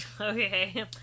Okay